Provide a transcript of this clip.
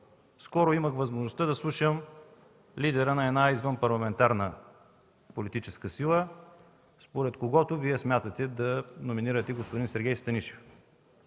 Скоро имах възможността да слушам лидера на една извънпарламентарна политическа сила, според когото Вие смятате да номинирате господин Сергей Станишев.